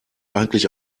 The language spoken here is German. eigentlich